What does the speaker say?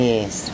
Yes